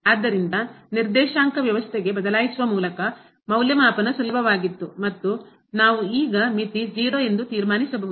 ಆದ್ದರಿಂದ ನಿರ್ದೇಶಾಂಕ ವ್ಯವಸ್ಥೆಗೆ ಬದಲಾಯಿಸುವ ಮೂಲಕ ಮೌಲ್ಯಮಾಪನ ಸುಲಭವಾಗಿತ್ತು ಮತ್ತು ನಾವು ಈಗ ಮಿತಿ 0 ಎಂದು ತೀರ್ಮಾನಿಸಬಹುದು